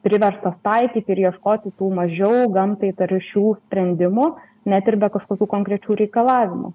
priverstos taikyti ir ieškoti tų mažiau gamtai taršių sprendimų net ir be kažkokių konkrečių reikalavimų